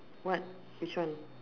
what which one